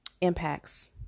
impacts